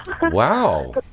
Wow